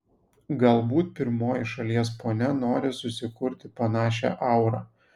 galbūt pirmoji šalies ponia nori susikurti panašią aurą